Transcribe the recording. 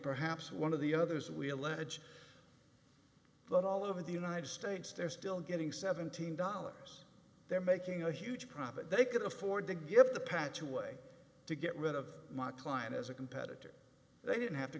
perhaps one of the others we allege but all over the united states they're still getting seventeen dollars they're making a huge profit they could afford to give the patch a way to get rid of my client as a competitor they didn't have to